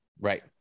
Right